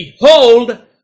Behold